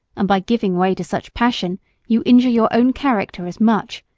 and by giving way to such passion you injure your own character as much,